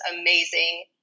amazing